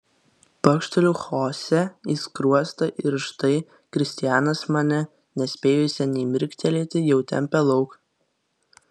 pakšteliu chosė į skruostą ir štai kristianas mane nespėjusią nė mirktelėti jau tempia lauk